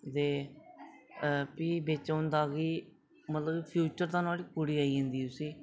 ते फ्ही बिच होंदा गी मतलब फ्यूचर च ओह्दै कुड़ी आई जंदी